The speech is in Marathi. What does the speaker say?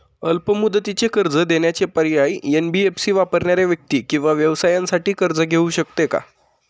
अल्प मुदतीचे कर्ज देण्याचे पर्याय, एन.बी.एफ.सी वापरणाऱ्या व्यक्ती किंवा व्यवसायांसाठी कर्ज घेऊ शकते का?